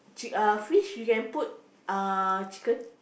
chic~ uh fish you can put ah chicken